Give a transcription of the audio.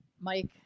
Mike